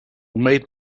made